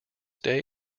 day